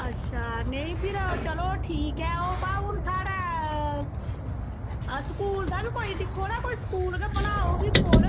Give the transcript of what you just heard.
अच्छा नेंई फिर चलो ओह् ठीक ऐ पर हून साढ़ै स्कूल दा गै दिक्खो स्कूल गैा बनाओ कोई कोल